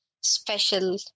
special